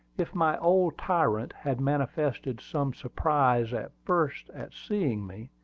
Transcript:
if my old tyrant had manifested some surprise at first at seeing me,